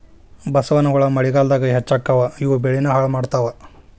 ಬಸವನಹುಳಾ ಮಳಿಗಾಲದಾಗ ಹೆಚ್ಚಕ್ಕಾವ ಇವು ಬೆಳಿನ ಹಾಳ ಮಾಡತಾವ